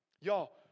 Y'all